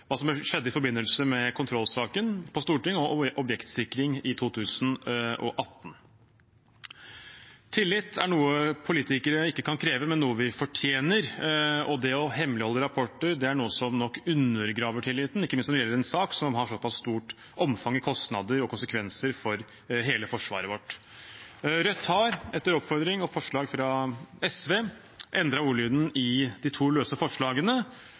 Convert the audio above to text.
i forbindelse med kontrollsaken på Stortinget om objektsikring i 2018. Tillit er noe politikere ikke kan kreve, men noe vi fortjener, og det å hemmeligholde rapporter er noe som nok undergraver tilliten, ikke minst når det gjelder en sak som har såpass stort omfang i kostnader og konsekvenser for hele forsvaret vårt. Rødt har etter oppfordring og forslag fra SV endret ordlyden i de to løse forslagene,